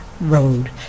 road